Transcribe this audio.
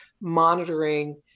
monitoring